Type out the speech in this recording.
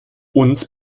uns